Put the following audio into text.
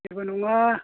जेबो नङा